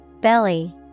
Belly